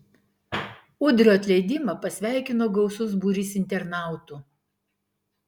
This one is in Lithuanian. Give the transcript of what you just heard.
udrio atleidimą pasveikino gausus būrys internautų